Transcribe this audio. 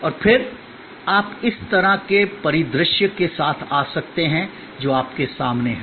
और फिर आप इस तरह के परिदृश्य के साथ आ सकते हैं जो आपके सामने है